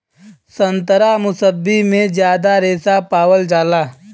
संतरा मुसब्बी में जादा रेशा पावल जाला